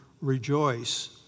rejoice